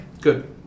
Good